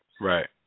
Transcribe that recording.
Right